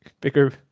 bigger